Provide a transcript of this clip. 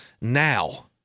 now